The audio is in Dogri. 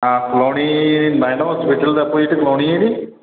आ कलोनी माइंडा हास्पिटल दी कोई ते कलोनी ऐ नीं